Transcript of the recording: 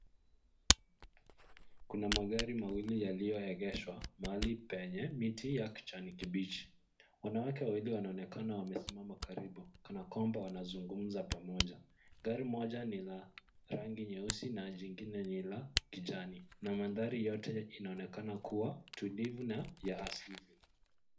Kuna magari mawili yaliyooengeshwa mahali penye miti ya kijani kibichi. Kuna watu wengi wanaonekana wamesimama karibu kana kwamba wanazugumza pamoja. Gari moja ni la rangi nyeusi na lingine ni la kijani na mandhari yote inaonekana kuwa tulivu na ya kiasili.